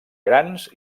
grans